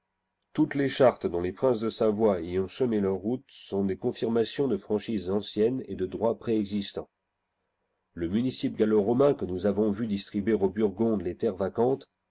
toutes les chartes dont les princes de savoie y ont semé leur route sont des confirmations de franchises anciennes et de droits préexistants le municipe gallo romain que nous avons vu distribuer aux burgondes les terres vacantes